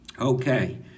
Okay